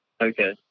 Okay